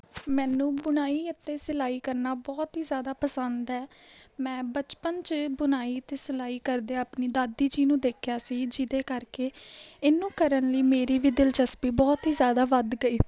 ਮੈਨੂੰ ਬੁਣਾਈ ਅਤੇ ਸਿਲਾਈ ਕਰਨਾ ਬਹੁਤ ਹੀ ਜ਼ਿਆਦਾ ਪਸੰਦ ਹੈ ਮੈਂ ਬਚਪਨ 'ਚ ਬੁਣਾਈ ਅਤੇ ਸਿਲਾਈ ਕਰਦੇ ਆਪਣੀ ਦਾਦੀ ਜੀ ਨੂੰ ਦੇਖਿਆ ਸੀ ਜਿਹਦੇ ਕਰਕੇ ਇਹਨੂੰ ਕਰਨ ਲਈ ਮੇਰੀ ਵੀ ਦਿਲਚਸਪੀ ਬਹੁਤ ਹੀ ਜ਼ਿਆਦਾ ਵੱਧ ਗਈ